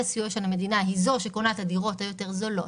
הסיוע של המדינה היא זו שקונה את הדירות היותר זולות,